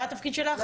מה התפקיד שלך?